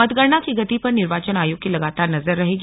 मतगणना की गति पर निर्वाचन आयोग की लगातार नजर रहेगी